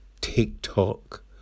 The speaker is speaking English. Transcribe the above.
TikTok